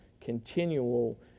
continual